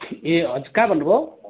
ए हजुर कहाँ भन्नुभयो